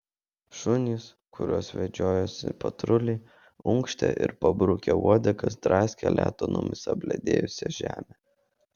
šunys kuriuos vedžiojosi patruliai unkštė ir pabrukę uodegas draskė letenomis apledėjusią žemę